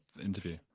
interview